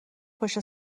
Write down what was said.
پشت